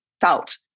felt